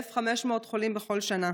1,500 חולים בכל שנה.